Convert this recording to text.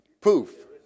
poof